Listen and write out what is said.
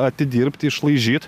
atidirbt išlaižyt